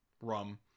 rum